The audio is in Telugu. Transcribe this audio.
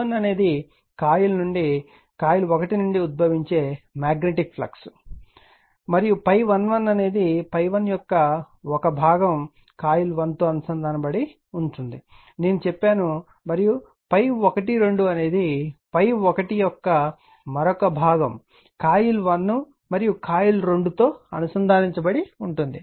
∅1 అనేది కాయిల్ 1 నుండి ఉద్భవించే మాగ్నెటిక్ ఫ్లక్స్ మరియు ∅11 అనేది ∅1 యొక్క ఒక భాగం కాయిల్ 1 తో అనుసంధానించబడి ఉంటుంది నేను చెప్పాను మరియు ∅12 అనేది ∅1 యొక్క మరొక భాగం కాయిల్ 1 మరియు కాయిల్ 2 తో అనుసంధానించబడి ఉంటుంది